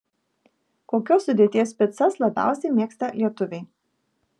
kokios sudėties picas labiausiai mėgsta lietuviai